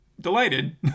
delighted